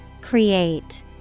Create